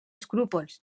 escrúpols